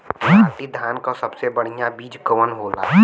नाटी धान क सबसे बढ़िया बीज कवन होला?